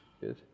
good